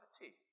tea